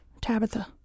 Tabitha